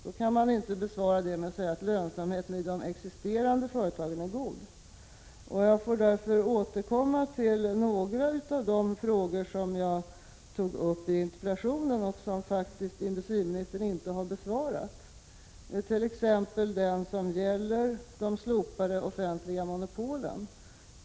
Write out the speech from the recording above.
Då kan man inte bara svara med att säga att lönsamheten i de existerande företagen är god. Jag får därför återkomma till denna fråga och de frågor som jag tog upp i interpellationen och som industriministern faktiskt inte har besvarat, t.ex. den fråga som gällde de slopade offentliga monopolen.